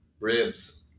ribs